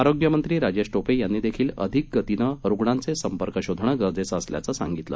आरोग्यमंत्री राजेश टोपे यांनी देखील अधिक गतीने रुग्णांचे संपर्क शोधणे गरजेचे आहे असे सांगितले